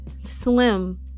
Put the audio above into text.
slim